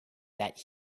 that